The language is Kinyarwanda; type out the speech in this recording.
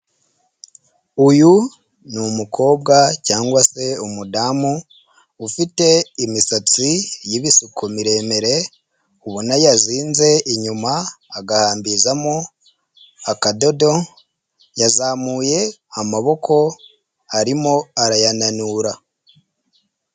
Uyu ni umukobwa cyangwa se umudamu ufite imisatsi y'ibisuku miremire ubona yazinze inyuma agahambirizamo akadodo, yazamuye amaboko arimo arayananura.